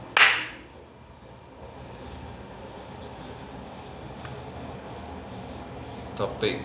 topic